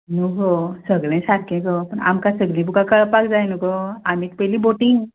न्हय हय सगलें सारकें गो पूण आमकां सगलीं बुकां कळपाक जाय न्हय गो आमीच पयली भोटीं